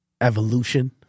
evolution